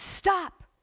Stop